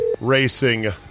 racing